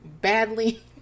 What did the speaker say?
badly